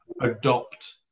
adopt